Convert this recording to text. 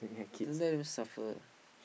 don't let them suffer